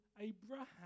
Abraham